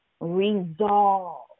resolve